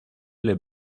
les